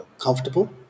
comfortable